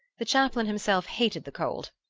the chaplain himself hated the cold,